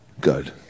good